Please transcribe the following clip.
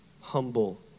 humble